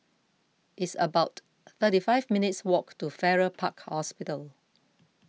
it's about thirty five minutes' walk to Farrer Park Hospital